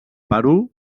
perú